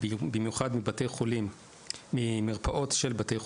במיוחד ממרפאות של בתי חולים,